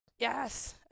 Yes